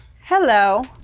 Hello